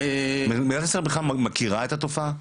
מדינת ישראל בכלל מכירה את התופעה?